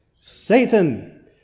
Satan